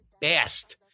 best